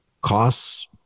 costs